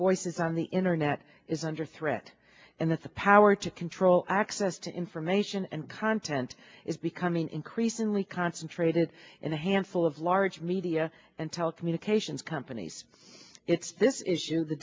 voices on the internet is under threat and that's a power to control access to information and content is becoming increasingly concentrated in a handful of large media and telecommunications companies it's this is